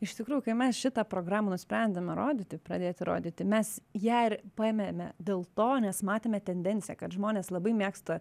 iš tikrųjų kai mes šitą programą nusprendėme rodyti pradėti rodyti mes ją ir paėmėme dėl to nes matėme tendenciją kad žmonės labai mėgsta